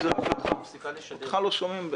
עדיין עם הראש מעל המים לעומת עסק שקרס ולהניע אותו מחדש